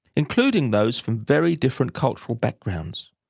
including those from very different cultural backgrounds.